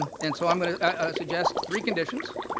and so i'm going to suggest three conditions.